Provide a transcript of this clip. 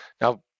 Now